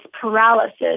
paralysis